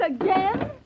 again